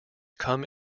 come